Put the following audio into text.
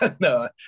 No